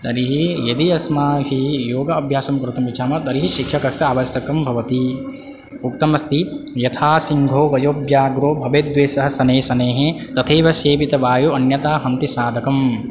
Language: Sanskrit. तर्हि यदि अस्माभिः योग अभ्यासं कर्तुमिच्छामः तर्हि शिक्षकस्स अवशयकं भवति उक्तम् अस्ति यथा सिंहो वयो व्याघ्रो भवेद्वश्यः शनैःशनैः तथैव सेवितो वायुरन्यथा हन्ति साधकम्